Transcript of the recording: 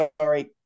sorry